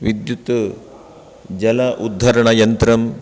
विद्युत् जल उद्धरणयन्त्रम्